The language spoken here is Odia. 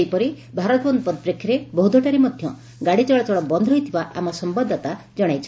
ସେହିପରି ଭାରତ ବନ୍ଦ ପରିପ୍ରେକ୍ଷୀରେ ବୌଦ୍ଧଠାରେ ମଧ୍ଧ ଗାଡ଼ି ଚଳାଚଳ ବନ୍ଦ ରହିଥିବା ଆମ ସମ୍ୟାଦଦାତା ଜଣାଇଛନ୍ତି